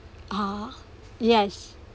ah yes